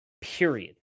Period